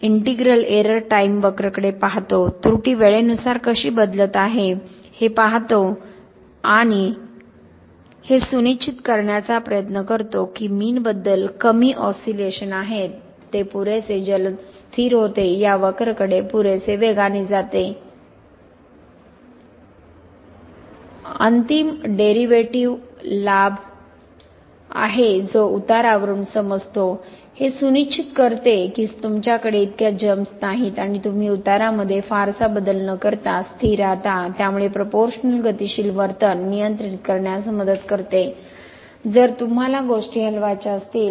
integral error time वक्रकडे पाहतो त्रुटी वेळेनुसार कशी बदलत आहे हे पाहतो आणि हे सुनिश्चित करण्याचा प्रयत्न करतो की मीनबद्दल कमी ऑसी लेशन आहेत ते पुरेसे जलद स्थिर होते या वक्रकडे पुरेसे वेगाने जाते अंतिम डेरीवेटिव्ह लाभ आहे जो उतारावरून समजतो हे सुनिश्चित करते की तुमच्याकडे इतक्या जम्पस नाहीत आणि तुम्ही उतारामध्ये फारसा बदल न करता स्थिर राहता त्यामुळे प्रोपोरश्नल गतीशील वर्तन नियंत्रित करण्यास मदत करते जर तुम्हाला गोष्टी हलवायच्या असतील